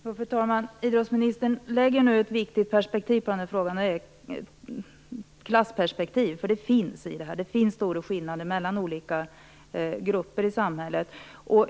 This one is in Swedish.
Fru talman! Idrottsministern lägger nu ett viktigt perspektiv på den här frågan, och det är ett klassperspektiv. Det finns ett sådant; det är stora skillnader mellan olika grupper i samhället.